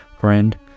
Friend